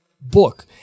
book